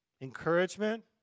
encouragement